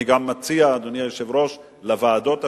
אני גם מציע, אדוני היושב-ראש, בוועדות השונות,